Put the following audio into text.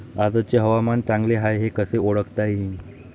आजचे हवामान चांगले हाये हे कसे ओळखता येईन?